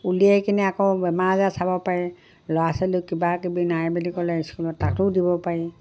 উলিয়াই কিনে আকৌ বেমাৰ আজাৰ চাব পাৰি ল'ৰা ছোৱালীক কিবাকিবি নাই বুলি ক'লে স্কুলত তাতো দিব পাৰি